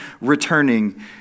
returning